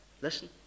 Listen